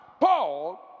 Paul